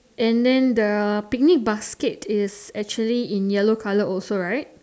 and then the picnic basket is actually in yellow colour also right